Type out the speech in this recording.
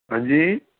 ਹਾਂਜੀ